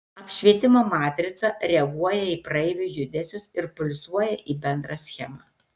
apšvietimo matrica reaguoja į praeivių judesius ir pulsuoja į bendrą schemą